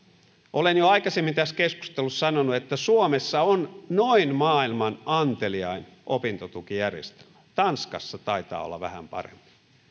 olen jo aikaisemmin tässä keskustelussa sanonut että suomessa on noin maailman anteliain opintotukijärjestelmä tanskassa taitaa olla vähän parempi